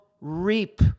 reap